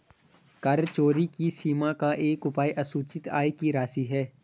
कर चोरी की सीमा का एक उपाय असूचित आय की राशि है